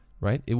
right